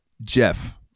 Jeff